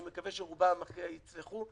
אני מקווה שרובם אחריה יצלחו,